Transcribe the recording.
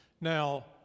Now